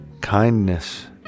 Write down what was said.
Kindness